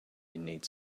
need